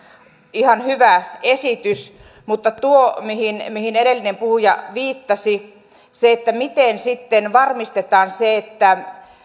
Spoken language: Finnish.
ihan hyvä esitys mutta tuo mihin mihin edellinen puhuja viittasi että miten sitten varmistetaan se että